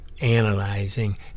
analyzing